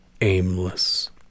aimless